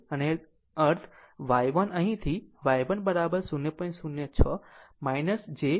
આમ તે જ અર્થ છે કે y 1 અહીંથી તે y 1 0